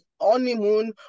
honeymoon